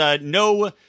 no